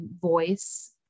voice